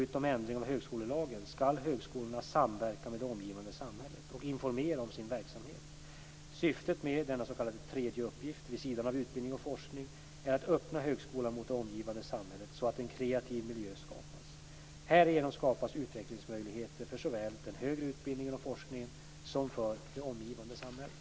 1996:1392) skall högskolorna samverka med det omgivande samhället och informera om sin verksamhet. Syftet med denna s.k. tredje uppgift vid sidan av utbildning och forskning är att öppna högskolan mot det omgivande samhället så att en kreativ miljö skapas. Härigenom skapas utvecklingsmöjligheter för såväl den högre utbildningen och forskningen som det omgivande samhället.